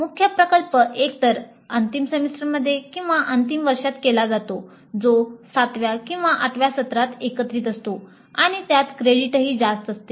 मुख्य प्रकल्प एकतर अंतिम सेमेस्टरमध्ये किंवा अंतिम वर्षात केला जातो जो 7 व्या आणि 8 व्या सत्रात एकत्रित असतो आणि त्यात क्रेडिटही जास्त असते